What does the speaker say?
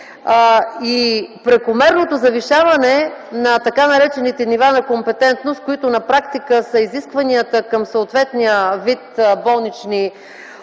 Прекомерното завишаване на така наречените нива на компетентност, които на практика са изискванията към съответния вид болнични отделения,